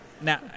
now